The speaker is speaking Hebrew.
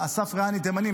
אסף רעני תימני,